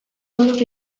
roundup